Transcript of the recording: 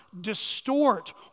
distort